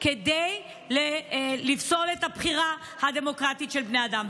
כדי לפסול את הבחירה הדמוקרטית של בני אדם.